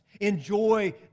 Enjoy